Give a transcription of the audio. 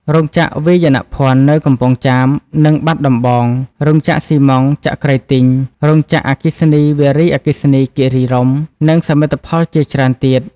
រោងចក្រវាយនភ័ណ្ឌ នៅកំពង់ចាម និងបាត់ដំបង, រោងចក្រស៊ីម៉ង់ត៍ចក្រីទីង, រោងចក្រអគ្គិសនីវារីអគ្គិសនីគីរីរម្យ និងសមិទ្ធផលជាច្រើនទៀត។